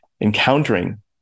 encountering